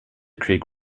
creek